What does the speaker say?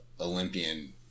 Olympian